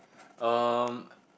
um